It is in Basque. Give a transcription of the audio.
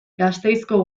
gasteizko